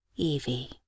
Evie